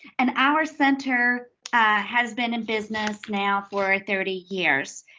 and our center has been in business now for thirty years.